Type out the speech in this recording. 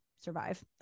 survive